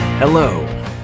Hello